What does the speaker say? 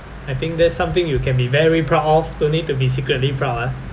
I think that's something you can be very proud of don't need to be secretly proud ah